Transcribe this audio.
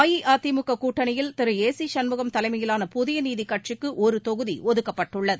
அஇஅதிமுக கூட்டணியில் திரு A C Shanmugam தலைமையிலான புதிய நீதி கட்சிக்கு ஒரு தொகுதி ஒதுக்கப்பட்டுள்ளது